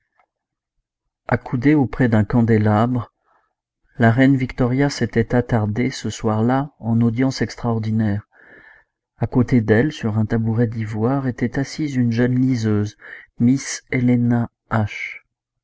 accoudée auprès d'un candélabre la reine victoria s'était attardée ce soir-là en audience extraordinaire à côté d'elle sur un tabouret d'ivoire était assise une jeune liseuse miss héléna h